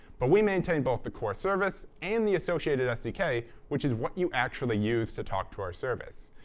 but we maintain both the core service and the associated sdk, which is what you actually use to talk to our service.